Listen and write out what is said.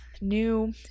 new